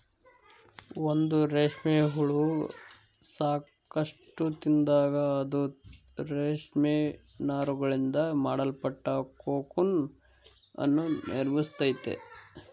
ಒಂದು ರೇಷ್ಮೆ ಹುಳ ಸಾಕಷ್ಟು ತಿಂದಾಗ, ಅದು ರೇಷ್ಮೆ ನಾರುಗಳಿಂದ ಮಾಡಲ್ಪಟ್ಟ ಕೋಕೂನ್ ಅನ್ನು ನಿರ್ಮಿಸ್ತೈತೆ